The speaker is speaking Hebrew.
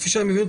כפי שאני מבין,